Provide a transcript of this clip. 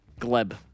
Gleb